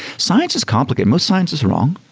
science is complicated. most science is wrong.